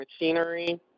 Machinery